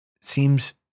seems